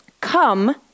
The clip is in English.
come